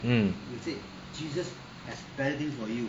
mm